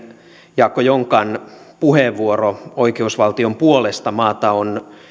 jaakko jonkan puheenvuoro oikeusvaltion puolesta maata on